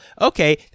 Okay